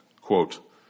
quote